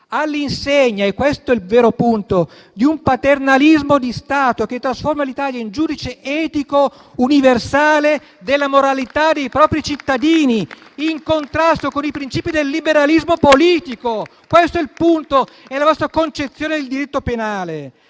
all'insegna - e questo è il vero punto - di un paternalismo di Stato che trasforma l'Italia in giudice etico universale della moralità dei propri cittadini, in contrasto con i principi del liberalismo politico. Questo è il punto: la vostra concezione del diritto penale.